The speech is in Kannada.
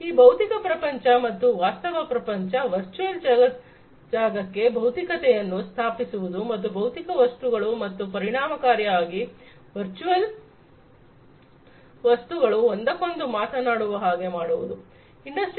ಈ ಭೌತಿಕ ಪ್ರಪಂಚ ಮತ್ತು ವಾಸ್ತವ ಪ್ರಪಂಚ ವರ್ಚುಯಲ್ ಜಾಗಕ್ಕೆ ಭೌತಿಕತೆಯನ್ನು ಸ್ಥಾಪಿಸುವುದು ಮತ್ತು ಭೌತಿಕ ವಸ್ತುಗಳು ಮತ್ತು ಪರಿಣಾಮವಾಗಿ ವರ್ಚುವಲ್ ವಸ್ತುಗಳು ಒಂದಕ್ಕೊಂದು ಮಾತನಾಡುವ ಹಾಗೆ ಮಾಡುವುದು ಇಂಡಸ್ಟ್ರಿ 4